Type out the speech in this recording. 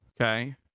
okay